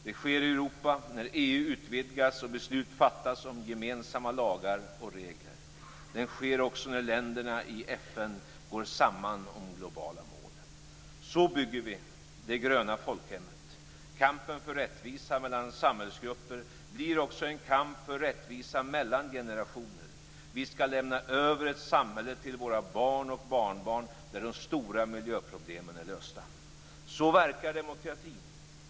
Det sker i Europa när EU utvidgas och beslut fattas om gemensamma lagar och regler. Det sker också när länderna i FN går samman om globala mål. Så bygger vi det gröna folkhemmet. Kampen för rättvisa mellan samhällsgrupper blir också en kamp för rättvisa mellan generationer. Vi skall till våra barn och barnbarn lämna över ett samhälle där de stora miljöproblemen är lösta. Så verkar demokratin.